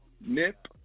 Nip